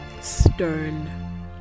stern